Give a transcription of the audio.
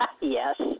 Yes